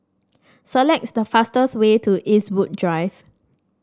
selects the fastest way to Eastwood Drive